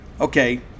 okay